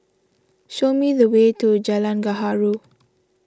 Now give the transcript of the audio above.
show me the way to Jalan Gaharu